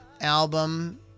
album